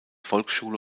volksschule